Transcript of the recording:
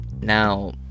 now